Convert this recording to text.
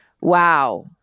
Wow